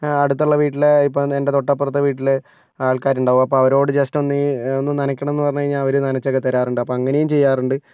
അടുത്തുള്ള വീട്ടില് ഇപ്പോൾ എൻ്റെ തൊട്ടപ്പുറത്തെ വീട്ടിലെ ആൾക്കാരുണ്ടാവും അപ്പോൾ അവരോട് ജസ്റ്റ് ഒന്ന് ഒന്ന് നനയ്ക്കണം എന്ന് പറഞ്ഞു കഴിഞ്ഞാൽ അവര് നനച്ചൊക്കെ തരാറുണ്ട് അപ്പോൾ അങ്ങനേയും ചെയ്യാറുണ്ട്